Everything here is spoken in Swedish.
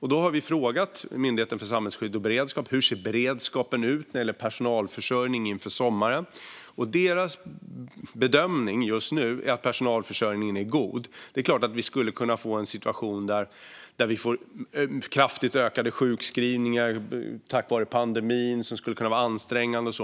Vi har frågat Myndigheten för samhällsskydd och beredskap hur beredskapen ser ut när det gäller personalförsörjning inför sommaren. Deras bedömning just nu är att personalförsörjningen är god. Det är klart att vi skulle kunna få en situation där vi på grund av pandemin får kraftigt ökade sjukskrivningar som skulle kunna vara ansträngande.